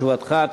תשובתך,